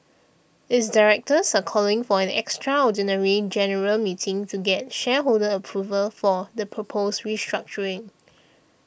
its directors are calling for an extraordinary general meeting to get shareholder approval for the proposed restructuring